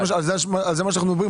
זה מה שאנחנו מדברים.